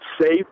safe